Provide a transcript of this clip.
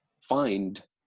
find